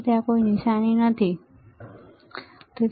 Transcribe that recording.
ત્યાં કોઈ નિશાની નથી બરાબર